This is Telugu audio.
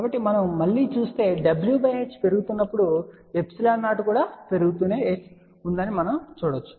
కాబట్టి మనము మళ్ళీ చూస్తే w h పెరుగుతున్నప్పుడు ε0 పెరుగుతూనే ఉందని మనం చూడవచ్చు